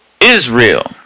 Israel